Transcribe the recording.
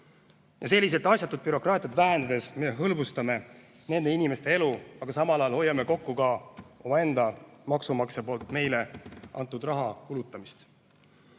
Selliselt asjatut bürokraatiat vähendades me hõlbustame nende inimeste elu, aga samal ajal hoiame kokku omaenda maksumaksja poolt meile antud raha kulutamist.